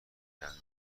دنده